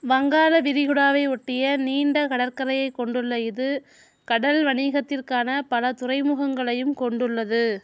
வங்காள விரிகுடாவை ஒட்டிய நீண்ட கடற்கரையைக் கொண்டுள்ள இது கடல் வணிகத்திற்கான பல துறைமுகங்களையும் கொண்டுள்ளது